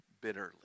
bitterly